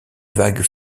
vague